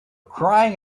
crying